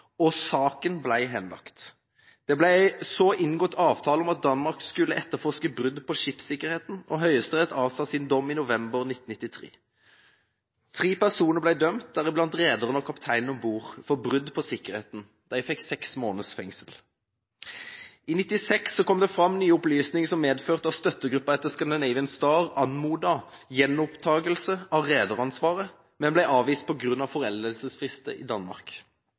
og saken ble henlagt. Det ble så inngått avtale om at Danmark skulle etterforske brudd på skipssikkerheten, og Høyesterett avsa sin dom i november 1993. Tre personer ble dømt – deriblant rederen og kapteinen om bord – for brudd på sikkerheten. De fikk seks måneders fengsel. I 1996 kom det fram nye opplysninger som medførte at støttegruppa etter «Scandinavian Star» anmodet om gjenopptagelse av rederansvaret, men det ble avvist på grunn av foreldelsesfrister i Danmark.